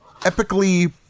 epically